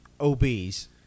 obese